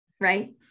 right